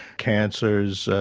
cancers,